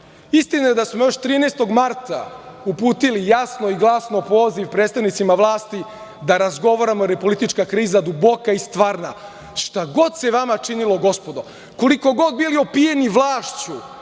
Istina je da smo još 13. marta uputili jasno i glasno poziv predstavnicima vlasti da razgovaramo jer je politička kriza duboka i stvarna. Šta god se vama činilo, gospodo, koliko god bili opijeni vlašću